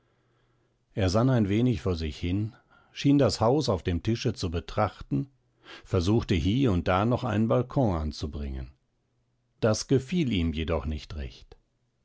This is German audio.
er sann ein wenig vor sich hin schien das haus auf dem tische zu betrachten versuchte hie und da noch einen balkon anzubringen das gefiel ihm jedoch nicht recht